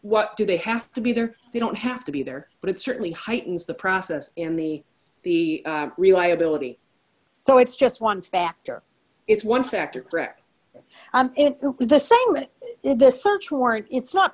what do they have to be there they don't have to be there but it certainly heightens the process in the the reliability so it's just one factor it's one factor correct and the same with it the search warrant it's not